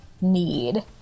need